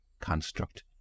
construct